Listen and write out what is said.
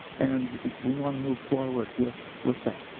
and we want to move forward with with that.